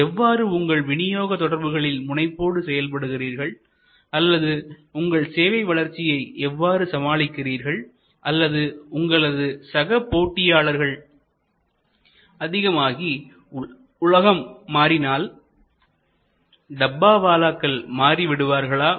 எவ்வாறு உங்கள் விநியோக தொடர்புகளில் முனைப்போடு செயல்படுகிறீர்கள் அல்லது உங்கள் சேவை வளர்ச்சியை எவ்வாறு சமாளிக்கிறீர்கள் அல்லது உங்களது சக போட்டியாளர்கள் அதிகமாகி உலகம் மாறினால் டப்பாவாலாக்கள் மாறி விடுவார்களா